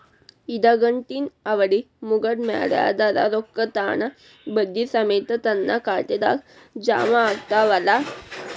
ಇಡಗಂಟಿನ್ ಅವಧಿ ಮುಗದ್ ಮ್ಯಾಲೆ ಅದರ ರೊಕ್ಕಾ ತಾನ ಬಡ್ಡಿ ಸಮೇತ ನನ್ನ ಖಾತೆದಾಗ್ ಜಮಾ ಆಗ್ತಾವ್ ಅಲಾ?